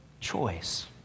Choice